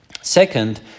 second